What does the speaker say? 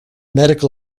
medical